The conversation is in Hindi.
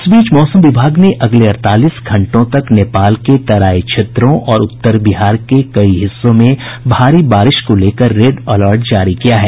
इस बीच मौसम विभाग ने अगले अड़तालीस घंटों तक नेपाल के तराई क्षेत्रों और उत्तर बिहार के कई हिस्सों में भारी बारिश को लेकर रेड अलर्ट जारी किया है